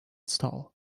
stall